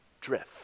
drift